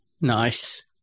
Nice